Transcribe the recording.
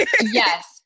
Yes